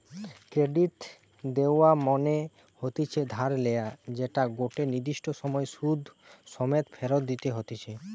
credit লেওয়া মনে হতিছে ধার লেয়া যেটা গটে নির্দিষ্ট সময় সুধ সমেত ফেরত দিতে হতিছে